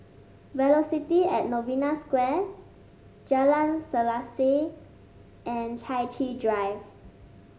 Velocity At Novena Square Jalan Selaseh and Chai Chee Drive